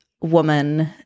woman